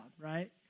right